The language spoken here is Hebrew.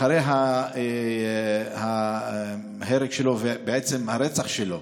אחרי ההרג שלו, ובעצם הרצח שלו